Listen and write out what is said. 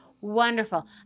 Wonderful